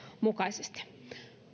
mukaisesti